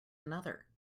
another